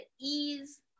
ease